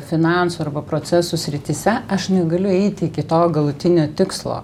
finansų arba procesų srityse aš negaliu eiti iki to galutinio tikslo